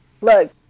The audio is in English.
Look